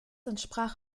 entsprach